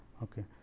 ok.